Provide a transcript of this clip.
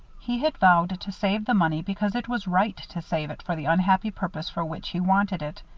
he had vowed to save the money because it was right to save it for the unhappy purpose for which he wanted it.